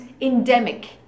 endemic